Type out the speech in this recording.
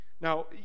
Now